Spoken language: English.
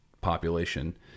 Population